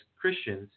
Christians